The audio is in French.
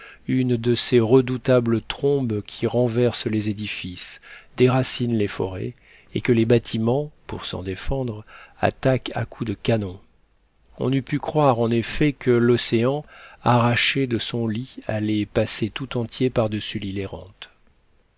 une de ces redoutables trombes qui renversent les édifices déracinent les forêts et que les bâtiments pour s'en défendre attaquent à coups de canon on eût pu croire en effet que l'océan arraché de son lit allait passer tout entier par-dessus